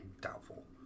doubtful